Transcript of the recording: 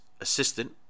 assistant